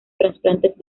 trasplantes